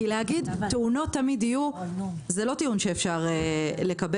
להגיד שתאונות תמיד יהיו, זה לא טיעון שאפשר לקבל.